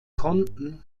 konten